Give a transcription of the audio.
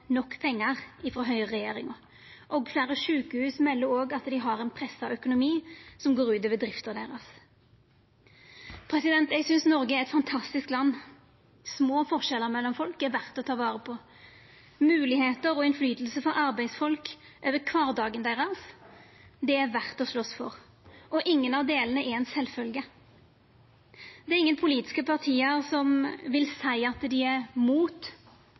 nok pengar frå høgreregjeringa. Fleire sjukehus melder òg at dei har ein pressa økonomi, som går ut over drifta. Eg synest Noreg er eit fantastisk land. At det er små forskjellar mellom folk, er verdt å ta vare på. Moglegheiter og innflytelse for arbeidsfolk over kvardagen, det er verdt å slåst for, og ingen av delane er ein sjølvsagd ting. Det er ingen politiske parti som vil seia at dei er